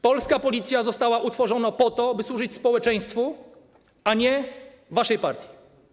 Polska Policja została utworzona po to, aby służyć społeczeństwu, a nie waszej partii.